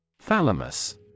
Thalamus